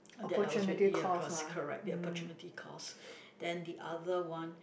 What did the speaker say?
that I was with ya cost correct the opportunity cost then the other one